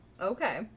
Okay